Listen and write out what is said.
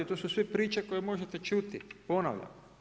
To su sve priče koje možete čuti, ponavljam.